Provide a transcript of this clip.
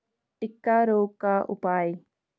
टिक्का रोग का उपाय?